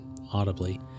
audibly